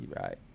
Right